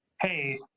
hey